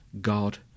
god